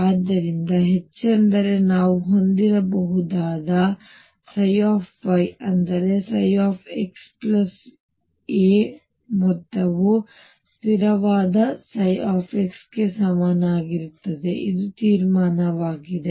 ಆದ್ದರಿಂದ ಹೆಚ್ಚೆಂದರೆ ನಾನು ಹೊಂದಿರಬಹುದಾದ y ಅಂದರೆXa ಮೊತ್ತವು ಸ್ಥಿರವಾದ X ಗೆ ಸಮವಾಗಿರುತ್ತದೆ ಇದು ತೀರ್ಮಾನವಾಗಿದೆ